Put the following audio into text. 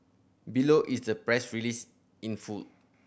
below is the press release in full